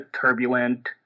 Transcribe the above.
turbulent